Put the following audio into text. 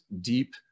deep